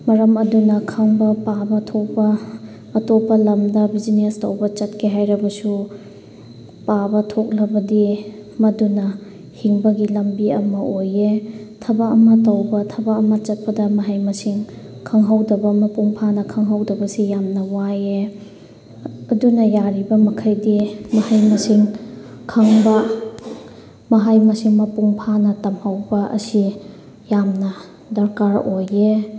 ꯃꯔꯝ ꯑꯗꯨꯅ ꯈꯪꯕ ꯄꯥꯕ ꯊꯣꯛꯄ ꯑꯇꯣꯞꯄ ꯂꯝꯗ ꯕꯤꯖꯤꯅꯦꯁ ꯇꯧꯕ ꯆꯠꯀꯦ ꯍꯥꯏꯔꯕꯁꯨ ꯄꯥꯕ ꯊꯣꯛꯂꯕꯗꯤ ꯃꯗꯨꯅ ꯍꯤꯡꯕꯒꯤ ꯂꯝꯕꯤ ꯑꯃ ꯑꯣꯏꯌꯦ ꯊꯕꯛ ꯑꯃ ꯇꯧꯕ ꯊꯕꯛ ꯑꯃ ꯆꯠꯄꯗ ꯃꯍꯩ ꯃꯁꯤꯡ ꯈꯪꯍꯧꯗꯕ ꯃꯄꯨꯡ ꯐꯥꯅ ꯈꯪꯍꯧꯗꯕꯁꯤ ꯌꯥꯝꯅ ꯋꯥꯏꯌꯦ ꯑꯗꯨꯅ ꯌꯥꯔꯤꯕ ꯃꯈꯩꯗꯤ ꯃꯍꯩ ꯃꯁꯤꯡ ꯈꯪꯕ ꯃꯍꯩ ꯃꯁꯤꯡ ꯃꯄꯨꯡ ꯐꯥꯅ ꯇꯝꯍꯧꯕ ꯑꯁꯤ ꯌꯥꯝꯅ ꯗꯔꯀꯥꯔ ꯑꯣꯏꯌꯦ